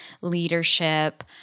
leadership